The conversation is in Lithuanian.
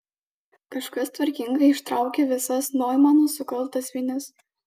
kažkas tvarkingai ištraukė visas noimano sukaltas vinis